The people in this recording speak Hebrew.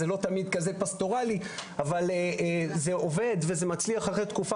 זה לא תמיד כזה פסטורלי אבל זה עובד ומצליח אחרי תקופה